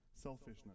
Selfishness